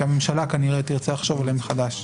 שהממשלה תרצה לחשוב עליהן מחדש.